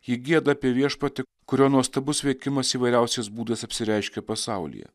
ji gieda apie viešpatį kurio nuostabus veikimas įvairiausiais būdais apsireiškia pasaulyje